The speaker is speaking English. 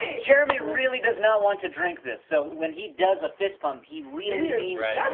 jeremy really does not want to drink this. so when he does a fist pump he really means